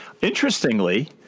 Interestingly